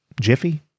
Jiffy